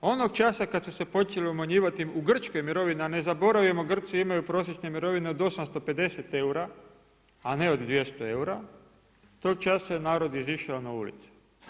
Onog časa kada su se počele umanjivati u Grčkoj mirovine, a ne zaboravimo Grci imaju prosječne mirovine od 850 eura, a ne od 200 eura tog časa je narod izišao na ulice.